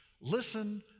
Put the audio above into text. Listen